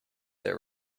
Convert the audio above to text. their